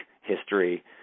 history